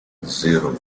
zero